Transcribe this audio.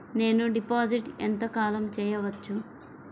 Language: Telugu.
నేను డిపాజిట్ ఎంత కాలం చెయ్యవచ్చు?